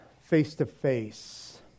face-to-face